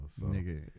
Nigga